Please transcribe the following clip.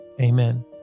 amen